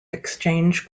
exchange